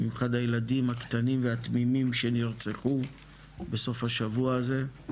במיוחד הילדים הקטנים והתמימים שנרצחו בסוף השבוע הזה,